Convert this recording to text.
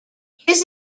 his